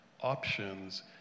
options